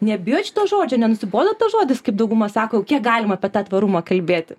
nebijot šito žodžio nenusibodo tas žodis kaip dauguma sako kiek galima apie tą tvarumą kalbėti